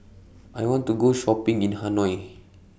I want to Go Shopping in Hanoi